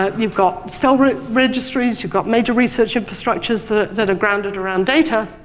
ah you've got cell registries, you've got major research infrastructures that are grounded around data,